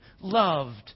loved